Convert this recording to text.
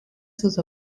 sus